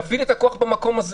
תפעיל את הכוח במקום הזה.